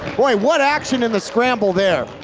boy, what action in the scramble there?